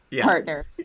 partners